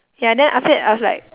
ya then after that I was like